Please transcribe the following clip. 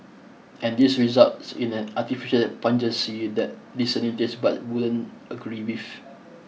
and this results in an artificial pungency that discerning taste buds wouldn't agree with